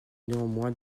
néanmoins